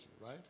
right